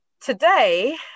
today